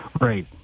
Right